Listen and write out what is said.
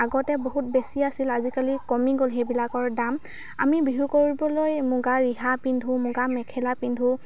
আগতে বহুত বেছি আছিল আজিকালি কমি গ'ল সেইবিলাকৰ দাম আমি বিহু কৰিবলৈ মুগা ৰিহা পিন্ধোঁ মুগা মেখেলা পিন্ধোঁ